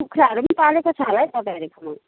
कुखुराहरू पनि पालेको छ होला है तपाईँहरूकोमा